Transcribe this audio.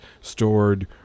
stored